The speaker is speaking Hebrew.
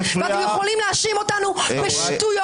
אתם יכולים להאשים אותנו בשטויות.